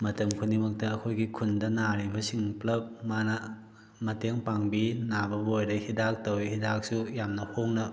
ꯃꯇꯝ ꯈꯨꯗꯤꯡꯃꯛꯇ ꯑꯩꯈꯣꯏꯒꯤ ꯈꯨꯟꯗ ꯅꯥꯔꯤꯕꯁꯤꯡ ꯄꯨꯜꯂꯞ ꯃꯥꯅ ꯃꯇꯦꯡ ꯄꯥꯡꯕꯤ ꯅꯥꯕꯕꯨ ꯑꯣꯏꯔꯦ ꯈꯤꯗꯥꯛ ꯇꯧꯋꯦ ꯍꯤꯗꯥꯛꯁꯨ ꯌꯥꯝꯅ ꯍꯣꯡꯅ